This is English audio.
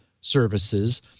services